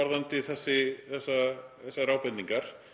varðandi þessar ábendingar